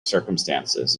circumstances